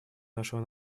нашего